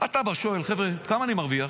אתה בא, שואל: חבר'ה, כמה אני מרוויח?